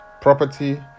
property